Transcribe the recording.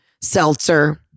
Seltzer